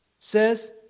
says